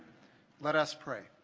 let us pray